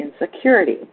insecurity